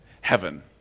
heaven